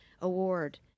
Award